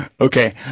Okay